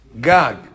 Gag